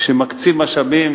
כשמקצים משאבים,